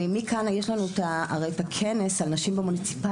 מכאן יש לנו את הכנס על נשים במוניציפלי,